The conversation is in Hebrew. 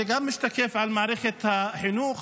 זה גם משתקף על מערכת החינוך.